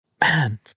Man